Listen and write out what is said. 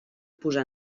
posar